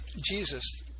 Jesus